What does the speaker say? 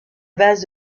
base